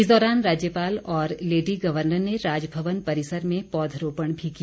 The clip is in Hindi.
इस दौरान राज्यपाल और लेडी गवर्नर ने राजभवन परिसर में पौधरोपण भी किया